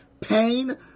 pain